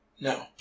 No